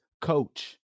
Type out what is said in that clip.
coach